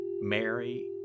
Mary